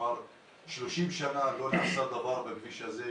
30 שנה לא נעשה דבר בכביש הזה,